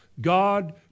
God